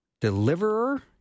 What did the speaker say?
deliverer